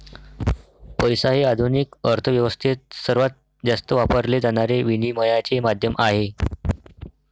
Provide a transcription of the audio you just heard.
पैसा हे आधुनिक अर्थ व्यवस्थेत सर्वात जास्त वापरले जाणारे विनिमयाचे माध्यम आहे